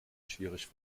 schwierig